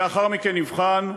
לאחר מכן נבחן,